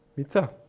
pizza